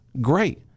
great